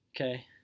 Okay